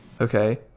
okay